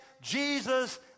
Jesus